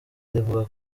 rivuga